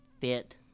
fit